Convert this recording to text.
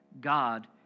God